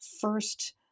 first